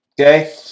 okay